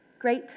great